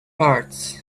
parts